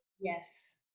Yes